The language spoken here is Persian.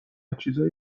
چیزایی